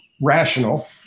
rational